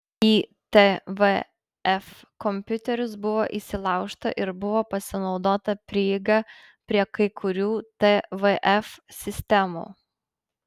į tvf kompiuterius buvo įsilaužta ir buvo pasinaudota prieiga prie kai kurių tvf sistemų